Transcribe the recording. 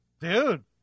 Dude